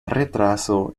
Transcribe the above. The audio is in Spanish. retraso